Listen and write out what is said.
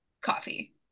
coffee